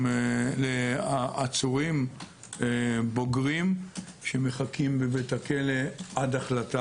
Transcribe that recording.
ותסקירים לעצורים בוגרים שמחכים בבית הכלא עד החלטה